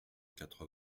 quatre